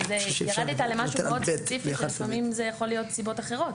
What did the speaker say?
ירדת למשהו מאוד ספציפי שלפעמים זה יכול להיות סיבות אחרות.